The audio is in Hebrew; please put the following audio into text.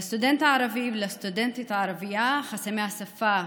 לסטודנט הערבי ולסטודנטית הערבייה חסמי השפה,